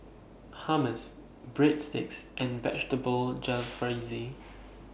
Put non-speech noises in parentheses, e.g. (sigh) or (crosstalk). Hummus Breadsticks and Vegetable (noise) Jalfrezi